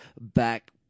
back